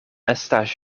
estas